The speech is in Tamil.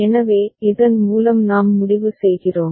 எனவே இதன் மூலம் நாம் முடிவு செய்கிறோம்